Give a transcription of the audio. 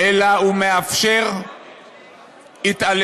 אלא הוא מאפשר התעללות